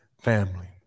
family